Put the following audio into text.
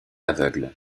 aveugle